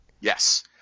Yes